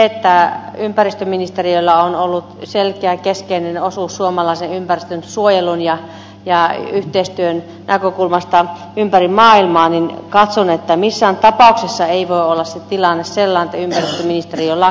kun ympäristöministeriöllä on ollut selkeä keskeinen osuus suomalaisen ympäristönsuojelun ja yhteistyön näkökulmasta ympäri maailmaa niin katson että missään tapauksessa ei voi olla tilanne sellainen että ympäristöministeriö lakkautuu